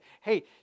hey